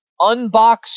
unbox